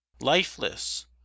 lifeless